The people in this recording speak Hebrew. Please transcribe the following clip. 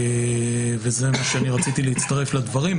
בזה רציתי להצטרף לדברים.